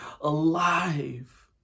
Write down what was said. alive